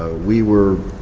we were